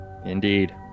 Indeed